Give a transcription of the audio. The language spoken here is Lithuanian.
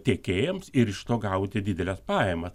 tiekėjams ir iš to gauti dideles pajamas